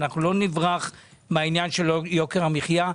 לא נברח מנושא יוקר המחיה.